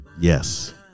Yes